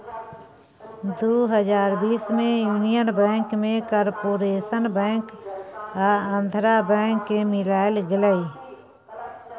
दु हजार बीस मे युनियन बैंक मे कारपोरेशन बैंक आ आंध्रा बैंक केँ मिलाएल गेलै